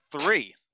three